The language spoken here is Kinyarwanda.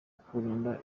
ukurinda